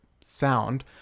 sound